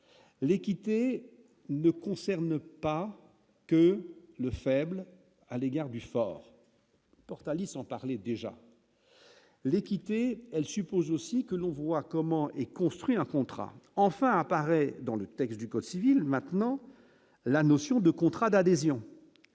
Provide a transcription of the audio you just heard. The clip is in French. l'équité ne concerne pas que le faible à l'égard du fort Portalis en parler déjà l'équité, elle suppose aussi. Que l'on voit comment est construit un contrat enfin apparaît dans le texte du code civil maintenant la notion de contrat d'adhésion,